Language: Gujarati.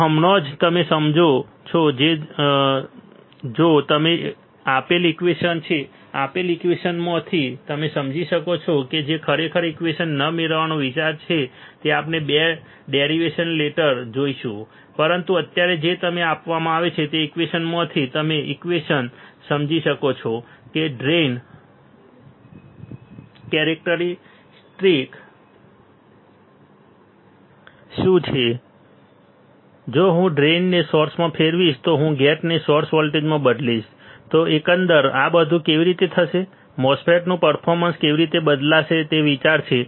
તો હમણાં જ તમે સમજો છો કે જો તમને આપેલ ઈક્વેશન એ આપેલ ઈક્વેશનમાંથી તમે સમજી શકો છો કે જે ખરેખર ઈક્વેશન ન મેળવવાનો વિચાર છે તો આપણે 2 ડેરિવેશન્સ લેટર જોઈશું પરંતુ અત્યારે જો તમને આપવામાં આવે તો ઈક્વેશનમાંથી તમે ઈક્વેશન સમજી શકો છો કે ડ્રેઇન કેરેક્ટરીસ્ટિક્સ શું છે જો હું ડ્રેઇનને સોર્સમાં ફેરવીશ જો હું ગેટને સોર્સ વોલ્ટેજમાં બદલીશ તો એકંદર આ બધું કેવી રીતે થશે MOSFET નું પર્ફોર્મન્સ કેવી રીતે બદલાશે તે વિચાર છે